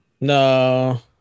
No